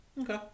okay